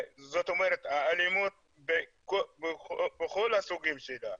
זאת אומרת האלימות בכל הסוגים שלה,